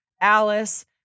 Alice